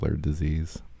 disease